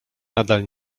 nadal